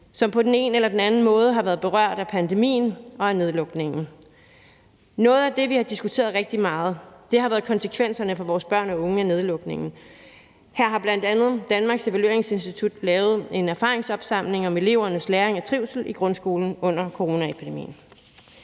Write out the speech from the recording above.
som på den ene eller anden måde har været berørt af pandemien og af nedlukningen. Noget af det, vi har diskuteret rigtig meget, har været konsekvenserne af nedlukningen for vores børn og unge. Her har bl.a. Danmarks Evalueringsinstitut lavet en erfaringsopsamling om elevernes læring og trivsel i grundskolen under coronaepidemien.